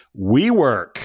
WeWork